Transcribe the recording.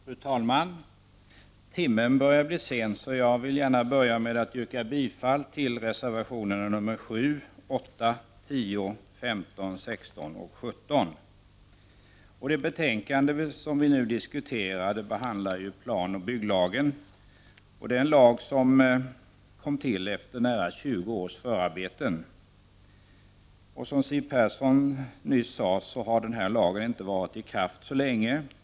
Fru talman! Timmen börjar bli sen, och jag vill gärna börja med att yrka bifall till reservationerna 7, 8, 10, 15, 16 och 17. Det betänkande som vi nu diskuterar behandlar planoch bygglagen — en lag som kom till efter nära 20 års förarbeten. Som Siw Persson nyss sade har denna lag inte varit i kraft så länge.